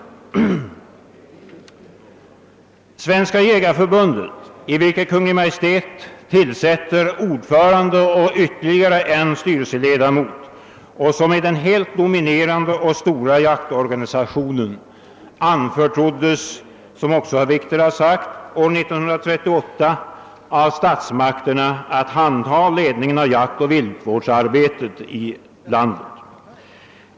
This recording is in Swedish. Svenska jägareförbundet som är den helt dominerande jaktorganisationen och där Kungl. Maj:t tillsätter ordförande samt ytterligare en styrelseledamot anförtroddes av statsmakterna år 1938 — vilket också herr Wikner anförde — handhavandet av ledningen av jaktoch viltvårdsarbetet.